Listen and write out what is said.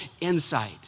insight